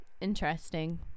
interesting